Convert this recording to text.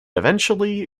eventually